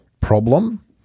problem